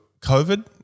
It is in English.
COVID